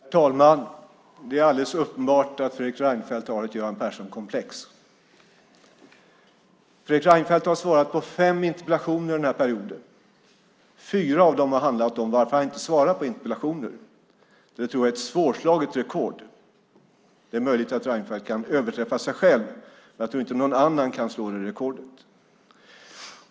Herr talman! Det är alldeles uppenbart att Fredrik Reinfeldt har ett Göran Persson-komplex. Fredrik Reinfeldt har svarat på fem interpellationer under den här perioden. Fyra av dem har handlat om varför han inte svarar på interpellationer. Det tror jag är ett svårslaget rekord. Det är möjligt att Reinfeldt kan överträffa sig själv, men jag tror inte att någon annan kan slå det rekordet.